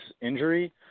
injury